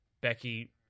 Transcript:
Becky